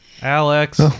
Alex